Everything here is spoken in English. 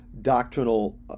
doctrinal